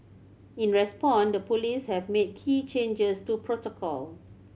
in response the police have made key changes to protocol